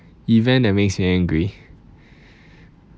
event that makes me angry